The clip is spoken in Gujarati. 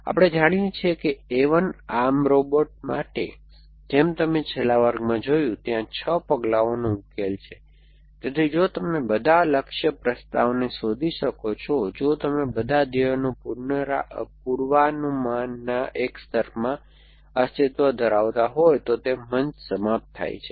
આપણે જાણીએ છીએ કે A1 આર્મ રોબોટ માટે જેમ તમે છેલ્લા વર્ગમાં જોયું ત્યાં 6 પગલાઓનો ઉકેલ છે તેથી જો તમે બધા લક્ષ્ય પ્રસ્તાવને શોધી શકો છો જો તમે બધા ધ્યેયની પૂર્વાનુમાનના એક સ્તરમાં અસ્તિત્વ ધરાવતા હોય તો તે મંચ સમાપ્ત થાય છે